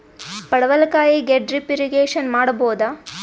ಪಡವಲಕಾಯಿಗೆ drip irrigation ಮಾಡಬೋದ?